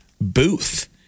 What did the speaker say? booth